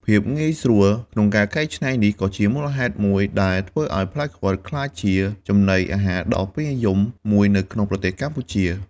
ភាពងាយស្រួលក្នុងការកែច្នៃនេះ ក៏ជាមូលហេតុមួយដែលធ្វើឲ្យផ្លែខ្វិតក្លាយជាចំណីអាហារដ៏ពេញនិយមមួយនៅក្នុងប្រទេសកម្ពុជា។